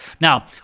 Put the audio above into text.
Now